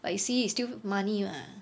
but you see it's still money lah